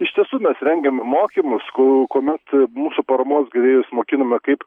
iš tiesų mes rengiam mokymus ku kuomet mūsų paramos gavėjus mokiname kaip